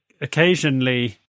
Occasionally